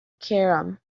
cairum